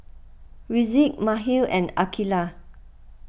Rizqi Mikhail and Aqeelah